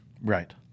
Right